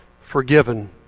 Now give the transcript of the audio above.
forgiven